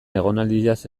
egonaldiaz